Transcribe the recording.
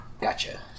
gotcha